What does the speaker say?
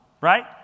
Right